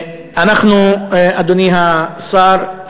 אנחנו, אדוני השר,